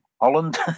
Holland